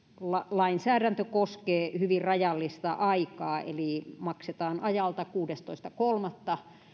lainsäädäntö koskee hyvin rajallista aikaa eli maksetaan ajalta kuudestoista kolmatta